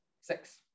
six